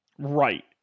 Right